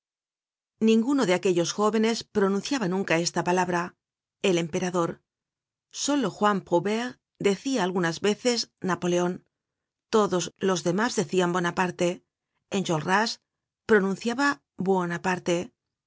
ninguno de aquellos jóvenes pronunciaba nunca esta palabra el emperador solo juan prouvaire decia algunas veces napoleon todos los demás decian bonaparte enjolras pronunciaba bmnaparte